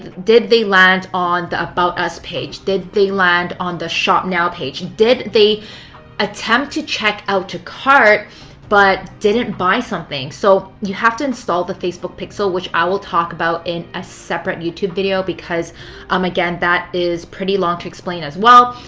did they land on the about us page? did they land on shop now page? did they attempt to check out to cart but didn't buy something? so you have to install the facebook pixel which i will talk about in a separate youtube video because um again, that is pretty long to explain as well.